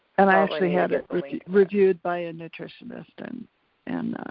and i actually had it reviewed by a nutritionist and and